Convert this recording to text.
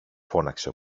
φώναξε